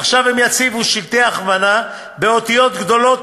עכשיו הם יציבו שלטי הכוונה באותיות גדולות,